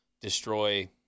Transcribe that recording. Destroy